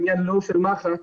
לא עניין של מח"ש,